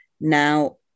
Now